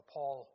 Paul